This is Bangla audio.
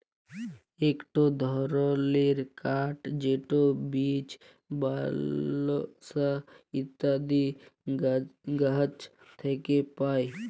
ইকট ধরলের কাঠ যেট বীচ, বালসা ইত্যাদি গাহাচ থ্যাকে পায়